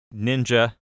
ninja